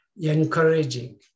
encouraging